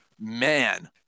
Man